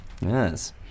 Yes